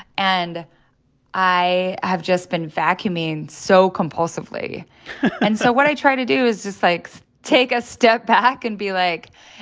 and i have just been vacuuming so compulsively and so what i try to do is just, like, take a step back and be like,